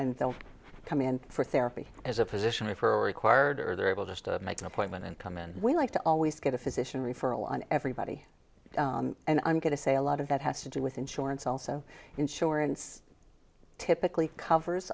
and they'll come in for therapy as a physician for required or they're able to make an appointment and come in we like to always get a physician referral on everybody and i'm going to say a lot of that has to do with insurance also insurance typically covers